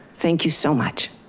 thank you so much.